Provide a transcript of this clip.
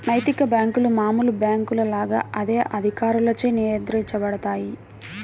నైతిక బ్యేంకులు మామూలు బ్యేంకుల లాగా అదే అధికారులచే నియంత్రించబడతాయి